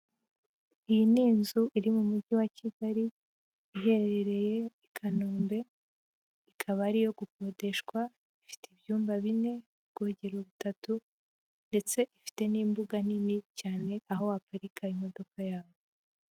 Iyi ni inzu iri mu mujyi wa Kigali iherereye i Kanombe, ikaba ari iyo gukodeshwa, ifite ibyumba bine, ubwogero butatu ndetse ifite n'imbuga nini cyane aho waparika imodoka yawe.